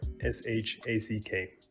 S-H-A-C-K